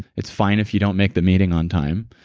it's fine if you don't make the meeting on time.